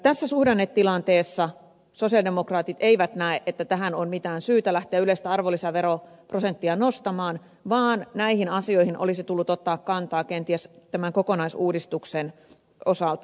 tässä suhdannetilanteessa sosialidemokraatit eivät näe että tähän on mitään syytä lähteä yleistä arvonlisäveroprosenttia nostamaan vaan näihin asioihin olisi tullut ottaa kantaa kenties tämän kokonaisuudistuksen osalta